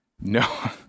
no